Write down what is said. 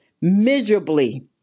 miserably